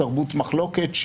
תרבות מחלוקת,